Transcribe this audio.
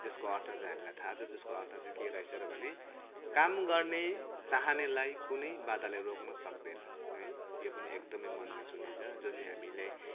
जसको अर्थ चाहिँ हामीलाई थाहा छ जसको अर्थ चाहिँ के रहेछ र भने काम गर्ने चाहानेलाई कुनै बाधाले रोक्न सक्दैन है यो पनि एकदमै मनमा छुने छ जो चाहिँ हामीले